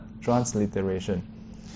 transliteration